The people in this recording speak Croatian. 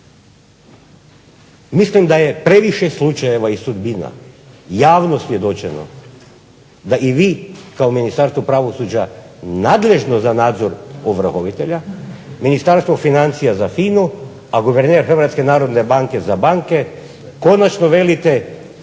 Mislim da je previše slučajeva i sudbina javno svjedočeno da i vi kao Ministarstvo pravosuđa nadležno za nadzor ovrhovitelja, Ministarstvo financija za FINA-u, a guverner Hrvatske narodne banke za banke konačno velike